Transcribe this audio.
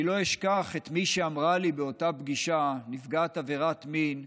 אני לא אשכח את מי שאמרה לי באותה פגישה נפגעת עבירת מין,